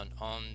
on